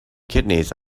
kidneys